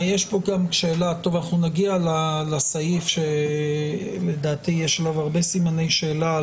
אנחנו נגיע לסעיף שלדעתי יש עליו הרבה סימני שאלה,